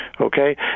okay